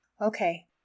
Okay